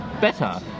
better